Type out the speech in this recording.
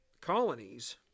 colonies